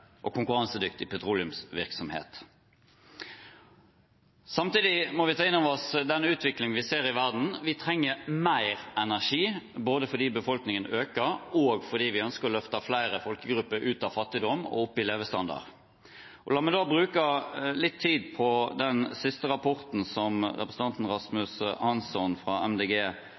og konkurransedyktig petroleumsvirksomhet. Samtidig må vi ta inn over oss den utviklingen vi ser i verden. Vi trenger mer energi, både fordi befolkningen øker, og fordi vi ønsker å løfte flere folkegrupper ut av fattigdom og opp i levestandard. La meg bruke litt tid på den siste rapporten som representanten Rasmus Hansson fra MDG